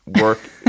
work